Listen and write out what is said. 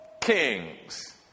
kings